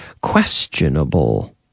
questionable